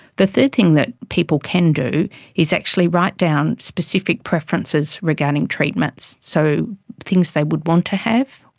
the third thing that people can do is actually write down specific preferences regarding treatments, so things they would want to have,